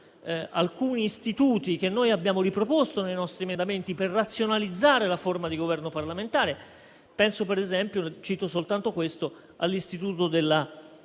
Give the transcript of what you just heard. alcuni istituti che noi abbiamo riproposto nei nostri emendamenti per razionalizzare la forma di Governo parlamentare. Penso, per esempio, all'istituto della